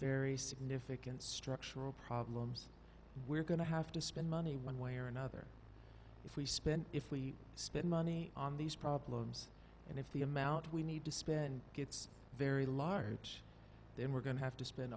very significant structural problems we're going to have to spend money one way or another if we spend if we spend money on these problems and if the amount we need to spend gets very large then we're going to have to spend